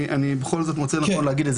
אני בכל זאת מוצא לנכון להגיד את זה.